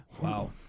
Wow